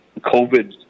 COVID